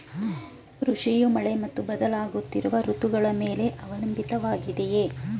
ಕೃಷಿಯು ಮಳೆ ಮತ್ತು ಬದಲಾಗುತ್ತಿರುವ ಋತುಗಳ ಮೇಲೆ ಅವಲಂಬಿತವಾಗಿದೆ